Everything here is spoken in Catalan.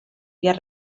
vies